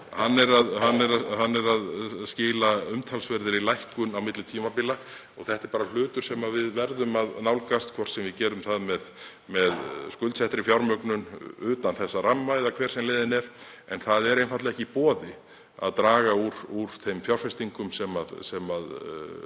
er að skila umtalsverðri lækkun á milli tímabila og það er bara hlutur sem við verðum að nálgast, hvort sem við gerum það með skuldsettri fjármögnun utan þessa ramma eða hver sem leiðin er. En það er einfaldlega ekki í boði að draga úr fjárfestingum í